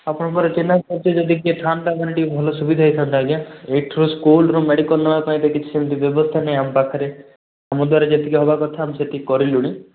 ଆପଣଙ୍କର ଚିହ୍ନାପରିଚ ଯଦି କିଏ ଥାଆନ୍ତା ମାନେ ଟିକେ ଭଲ ସୁବିଧା ହେଇଥାନ୍ତା ଆଜ୍ଞା ଏଇଠୁ ସ୍କୁଲରୁ ମେଡ଼ିକାଲ୍ ନେବା ପାଇଁ ତ ସେମିତି ବ୍ୟବସ୍ଥା ନାହିଁ ଆମ ପାଖରେ ଆମ ଦ୍ୱାରା ଯେତିକି ହେବା କଥା ଆମେ ସେତିକି କରିଲୁଣି